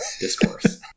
discourse